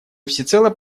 всецело